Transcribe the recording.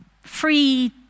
free